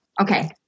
okay